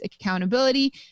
accountability